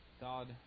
God